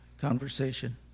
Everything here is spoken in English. conversation